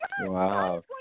Wow